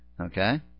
Okay